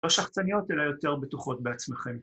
‫לא שחצניות, אלא יותר בטוחות בעצמכם.